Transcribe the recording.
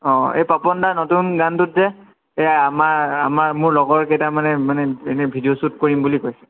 অ এই পাপন দাৰ নতুন গানটোত যে এই আমাৰ আমাৰ মোৰ লগৰ কেইটামানে মানে ইনে ভিডিঅ' শ্বুট কৰিম বুলি কৈছে